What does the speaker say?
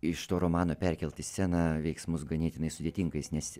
iš to romano perkelt į scena veiksmus ganėtinai sudėtingais jis nes